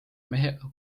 mehega